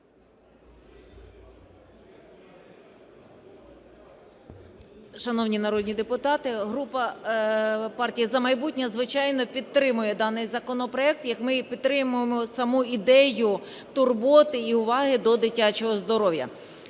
Шановні народні депутати, група "Партія "За майбутнє", звичайно, підтримує даний законопроект, як ми підтримуємо саму ідею турботи і уваги до дитячого здоров'я.